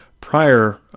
prior